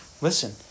Listen